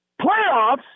playoffs